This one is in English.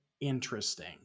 interesting